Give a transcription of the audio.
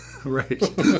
Right